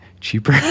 cheaper